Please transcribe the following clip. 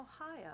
Ohio